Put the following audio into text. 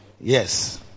yes